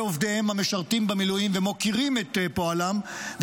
עובדיהם המשרתים במילואים ומוקירים את פועלם,